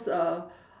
uh